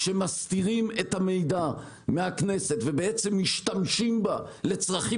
כשמסתירים את המידע מהכנסת ומשתמשים בה לצרכים